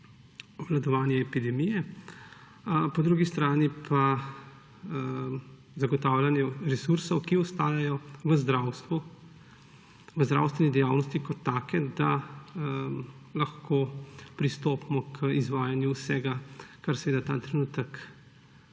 obvladovanje epidemije, po drugi strani pa zagotavljanje resursov, ki ostajajo v zdravstveni dejavnosti kot taki, da lahko pristopimo k izvajanju vsega, kar se ta trenutek